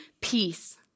peace